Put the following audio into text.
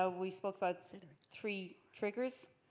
ah we spoke about three triggers.